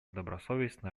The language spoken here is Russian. добросовестно